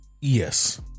Yes